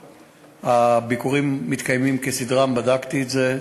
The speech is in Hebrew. הביקורים מתקיימים כסדרם, בדקתי את זה,